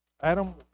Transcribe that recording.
Adam